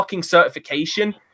certification